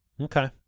Okay